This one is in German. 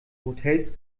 hotels